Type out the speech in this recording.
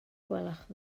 gwelwch